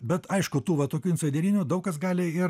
bet aišku tų va tokių derinių daug kas gali ir